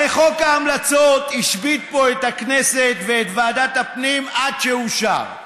הרי חוק ההמלצות השבית פה את הכנסת ואת ועדת הפנים עד שאושר.